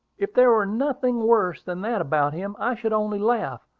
if there were nothing worse than that about him, i should only laugh.